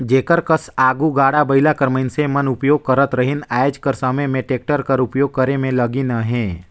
जेकर कस आघु गाड़ा बइला कर मइनसे मन उपियोग करत रहिन आएज कर समे में टेक्टर कर उपियोग करे में लगिन अहें